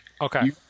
okay